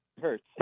hurts